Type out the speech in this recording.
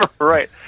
Right